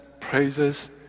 praises